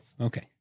Okay